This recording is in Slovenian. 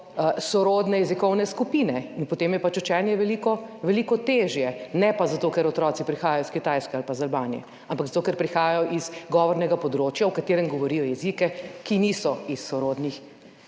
sorodne jezikovne skupine in je potem pač učenje veliko veliko težje, ne pa zato ker otroci prihajajo iz Kitajske ali iz Albanije. Ampak zato ker prihajajo z govornega področja, na katerem govorijo jezike, ki niso slovanski,